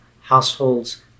households